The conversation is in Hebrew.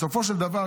בסופו של דבר,